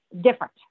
different